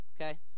okay